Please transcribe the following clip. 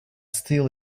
still